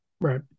Right